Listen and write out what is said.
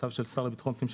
צו של השר לביטחון פנים,